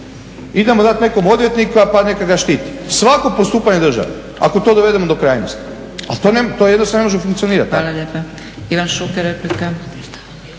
idemo dat nekom odvjetniku pa neka ga štiti. Svako postupanje države ako to dovedemo do krajnosti, ali to jednostavno ne može funkcionirati